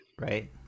Right